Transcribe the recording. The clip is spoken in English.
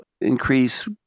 increase